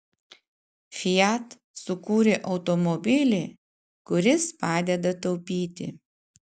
fiat sukūrė automobilį kuris padeda taupyti